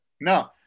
No